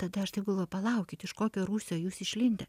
tada aš taip galvoju palaukit iš kokio rūsio jūs išlindę